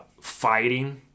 Fighting